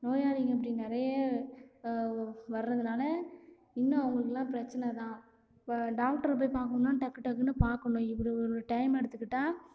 நோயாளிக இப்படி நிறைய வரதனால இன்னும் அவங்களுக்குலாம் பிரச்சனை தான் இப்போ டாக்டரை போய் பார்க்கணும்னா டக்கு டக்குனு பார்க்கணும் இவ்வளோ ஒரு டைம் எடுத்துக்கிட்டால்